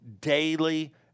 daily